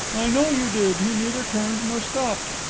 i know you did. he neither turned nor stopped.